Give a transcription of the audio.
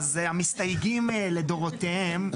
אז המסתייגים לדורותיהם,